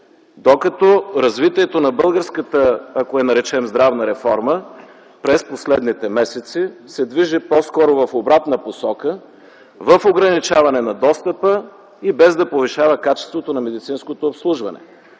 докато развитието на българската, ако я наречем, здравна реформа, през последните месеци се движи по-скоро в обратна насока – в ограничаване на достъпа и без да повишава качеството на медицинското обслужване.